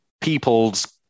people's